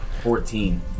Fourteen